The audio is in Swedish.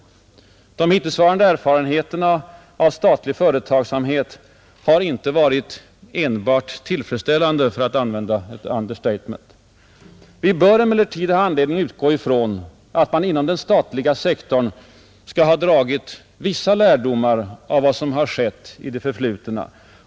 De hittillsvarande erfarenheterna av statlig företagsamhet har inte varit enbart tillfredsställande, för att använda ett understatement, Vi bör emellertid ha anledning utgå ifrån att man inom den statliga sektorn dragit vissa lärdomar av vad som skett i det förflutna.